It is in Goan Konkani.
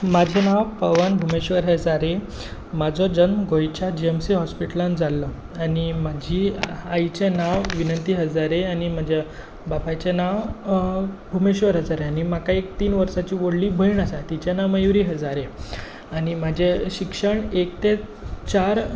म्हजें नांव पवन भुमेश्वर हजारे म्हजो जन्म गोंयच्या जी एम सी हॉस्पिटलांत जाल्लो आनी म्हजी आईचें नांव विनंती हजारे आनी म्हज्या बापायचें नांव भुमेश्वर हजारे आनी म्हाका एक तीन वर्सांची व्हडली भयण आसा तिचें नांव मयुरी हजारे आनी म्हजें शिक्षण एक ते चार